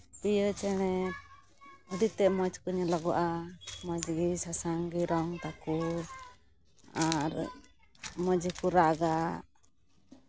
ᱯᱤᱭᱳ ᱪᱮᱬᱮ ᱟᱹᱰᱤ ᱛᱮᱫ ᱢᱚᱡᱽ ᱠᱚ ᱧᱮᱞᱚᱜᱚᱜᱼᱟ ᱢᱚᱡᱽᱜᱮ ᱥᱟᱥᱟᱝ ᱜᱮ ᱨᱚᱝ ᱛᱟᱠᱚ ᱟᱨ ᱢᱚᱡᱽ ᱜᱮᱠᱚ ᱨᱟᱜᱽᱼᱟ